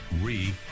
re